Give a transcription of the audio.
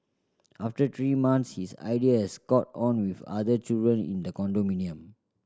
after three month his idea has caught on with other children in the condominium